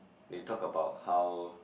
they talk about how